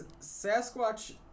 Sasquatch